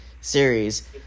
Series